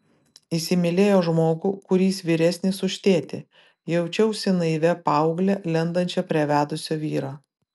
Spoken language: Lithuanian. įsimylėjo žmogų kuris vyresnis už tėtį jaučiausi naivia paaugle lendančia prie vedusio vyro